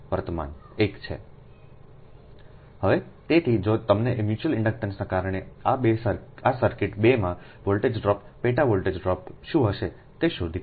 હવે તેથી જો તમને આ મ્યુચ્યુઅલ ઇન્ડક્ટન્સને કારણે આ સર્કિટ 2 માં વોલ્ટેજ ડ્રોપ પેટા વોલ્ટેજ ડ્રોપ શું હશે તે શોધી કા